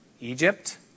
Egypt